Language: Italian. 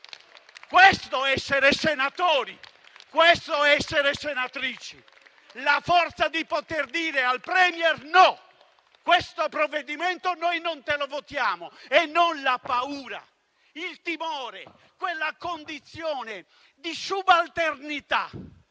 Questo è essere senatori e senatrici. La forza di poter dire al *Premier* no, questo provvedimento noi non te lo votiamo e non la paura, il timore, quella condizione di subalternità